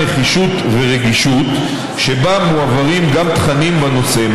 "נחישות ורגישות" ובה מועברים גם תכנים בנושא.